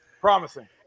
Promising